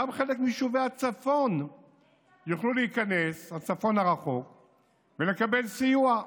גם חלק מיישובי הצפון הרחוק יוכלו להיכנס ולקבל סיוע.